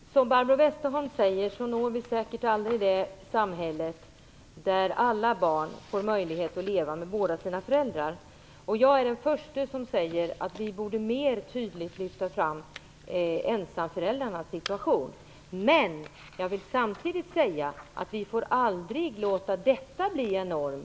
Fru talman! Som Barbro Westerholm säger når vi säkert aldrig det samhälle där alla barn får möjlighet att leva med båda sina föräldrar. Jag är den första att hålla med om att vi tydligare borde lyfta fram ensamföräldrarnas situation, men jag vill samtidigt säga att vi aldrig får låta detta bli en norm.